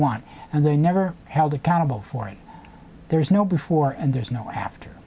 want and they're never held accountable for it there is no before and there's no after